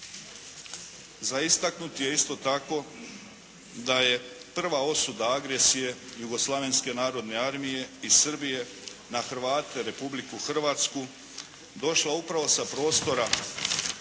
Za istaknuti je isto tako da je prva osuda agresije Jugoslavenske narodne armije i Srbije na Hrvate, Republiku Hrvatsku došla upravo sa prostora